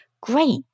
great